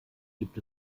gibt